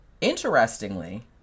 interestingly